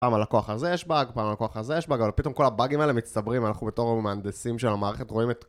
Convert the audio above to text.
פעם ללקוח הזה יש באג, פעם ללקוח הזה יש באג, אבל פתאום כל הבאגים האלה מצטברים ואנחנו בתור המהנדסים של המערכת רואים את...